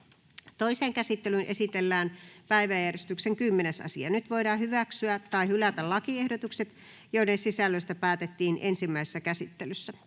Toiseen käsittelyyn esitellään päiväjärjestyksen 3. asia. Nyt voidaan hyväksyä tai hylätä lakiehdotukset, joiden sisällöstä päätettiin ensimmäisessä käsittelyssä.